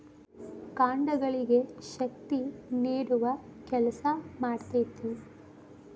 ಕಾಂಡಗಳಿಗೆ ಶಕ್ತಿ ನೇಡುವ ಕೆಲಸಾ ಮಾಡ್ತತಿ